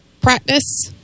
practice